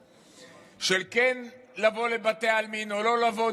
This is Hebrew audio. האלה של כן לבוא לבתי העלמין או לא לבוא,